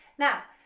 now,